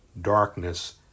darkness